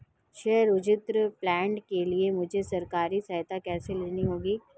सौर ऊर्जा प्लांट के लिए मुझे सरकारी सहायता कैसे लेनी होगी?